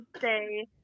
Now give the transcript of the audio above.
say